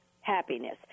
happiness